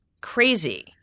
crazy